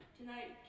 Tonight